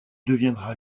deviendra